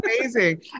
amazing